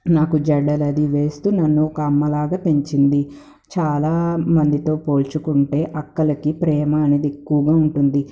నాకు జడలది వేస్తూ నన్ను ఒక అమ్మ లాగా పెంచింది చాలా మందితో పోల్చుకుంటే అక్కలకి ప్రేమ అనేది ఎక్కువుగా ఉంటుంది